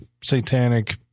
satanic